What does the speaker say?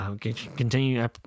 Continue